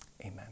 Amen